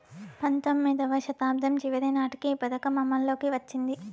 పంతొమ్మిదివ శతాబ్దం చివరి నాటికి ఈ పథకం అమల్లోకి వచ్చింది